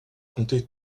comptez